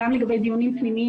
גם לגבי דיונים פנימיים,